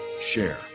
share